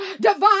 divine